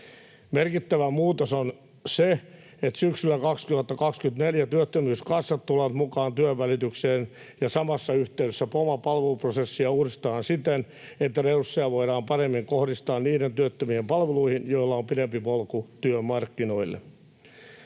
Merkittävä muutos on se, että syksyllä 2024 työttömyyskassat tulevat mukaan työnvälitykseen, ja samassa yhteydessä POMA-palveluprosessia uudestaan siten, että resursseja voidaan paremmin kohdistaa niiden työttömien palveluihin, joilla on pidempi polku työmarkkinoille.